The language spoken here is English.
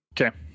Okay